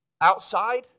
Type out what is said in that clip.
outside